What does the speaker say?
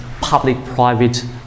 public-private